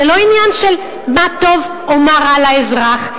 זה לא עניין של מה טוב או מה רע לאזרח.